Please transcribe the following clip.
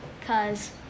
cause